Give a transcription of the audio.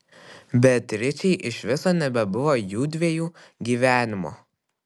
beatričei iš viso nebebuvo jųdviejų gyvenimo